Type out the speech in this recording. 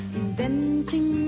inventing